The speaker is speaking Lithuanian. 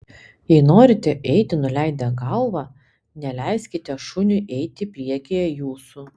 jei norite eiti nuleidę galvą neleiskite šuniui eiti priekyje jūsų